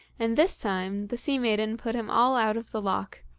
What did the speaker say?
and this time the sea-maiden put him all out of the loch,